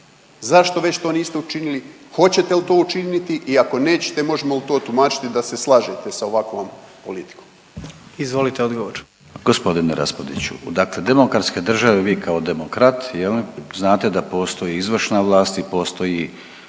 Zašto već to niste učinili, hoćete li to učiniti i ako nećete možemo li to tumačiti da se slažete sa ovakvom politikom?